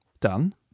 done